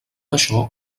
això